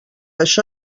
això